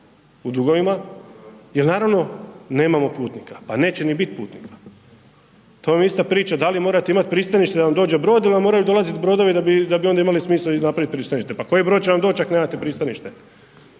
u dugovima jel naravno, nemamo putnika, pa neće ni bit putnika. To vam je ista priča da li morate imati pristanište da vam dođe brod ili vam moraju dolaziti brodovi da bi onda imali smisla napraviti pristanište, pa koji brod će vam doć ako nemate pristanište,